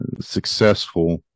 successful